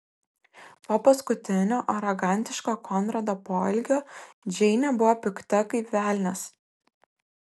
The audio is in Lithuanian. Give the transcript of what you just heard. po paskutinio arogantiško konrado poelgio džeinė buvo pikta kaip velnias